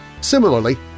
Similarly